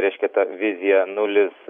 reiškia ta vizija nulis